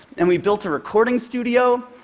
and we built a recording studio.